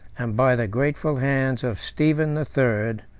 and by the grateful hands of stephen the third,